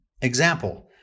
Example